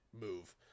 move